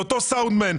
לאותו סאונדמן,